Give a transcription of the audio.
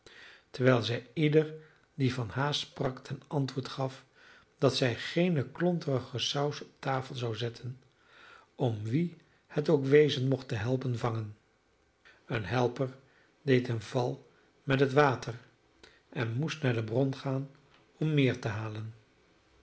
terwijl zij ieder die van haast sprak ten antwoord gaf dat zij geene klonterige saus op de tafel zou geven om wien het ook wezen mocht te helpen vangen een helper deed een val met het water en moest naar de bron gaan om meer te halen